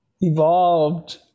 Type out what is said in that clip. evolved